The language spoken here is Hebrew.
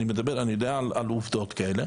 אני יודע על עובדות כאלה